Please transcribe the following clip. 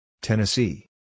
Tennessee